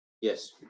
Yes